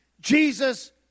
Jesus